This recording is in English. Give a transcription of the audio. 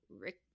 Rick